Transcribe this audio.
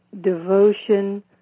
devotion